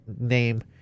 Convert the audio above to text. name